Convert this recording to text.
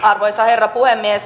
arvoisa herra puhemies